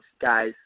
guys